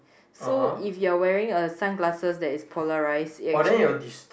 so if you're wearing a sunglasses that is polarized it actually